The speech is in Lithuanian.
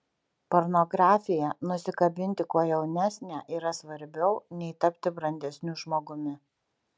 pornografija nusikabinti kuo jaunesnę yra svarbiau nei tapti brandesniu žmogumi